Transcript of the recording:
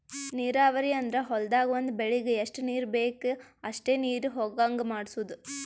ನೀರಾವರಿ ಅಂದ್ರ ಹೊಲ್ದಾಗ್ ಒಂದ್ ಬೆಳಿಗ್ ಎಷ್ಟ್ ನೀರ್ ಬೇಕ್ ಅಷ್ಟೇ ನೀರ ಹೊಗಾಂಗ್ ಮಾಡ್ಸೋದು